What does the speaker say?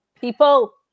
people